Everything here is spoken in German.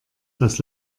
das